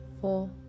four